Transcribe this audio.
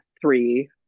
three